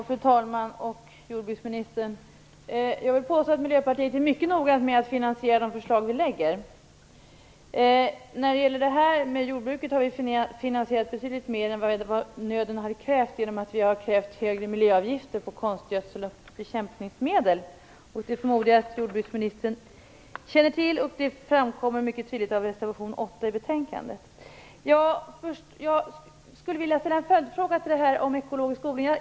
Fru talman! Jordbruksministern, jag vill påstå att vi i Miljöpartiet är mycket noga med att finansiera de förslag som vi lägger fram. När det gäller jordbruket har vi finansierat betydligt mera än vad nöden har krävt, eftersom vi har krävt högre miljöavgifter på konstgödsel och bekämpningsmedel. Det känner jordbruksministern förmodligen till. Det framgår mycket tydligt av reservation 8 i betänkandet. Jag skulle vilja ställa en följdfråga om ekologisk odling.